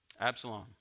Absalom